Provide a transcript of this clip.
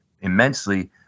immensely